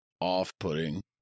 off-putting